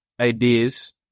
ideas